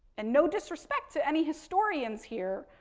and, no disrespect to any historians here,